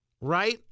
right